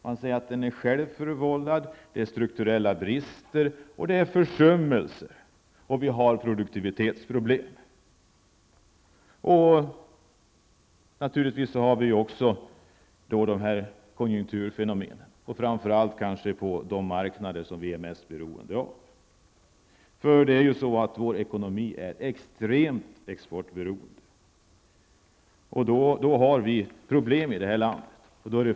Man säger att krisen är självförvållad, att det finns strukturella brister, att det har skett försummelser och att vi har produktivitetsproblem. Vi har naturligtvis också konjunkturfenomen, framför allt på de marknader som vi är mest beroende av. Vår ekonomi är extremt exportberoende. Vi får problem i det här landet.